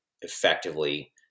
effectively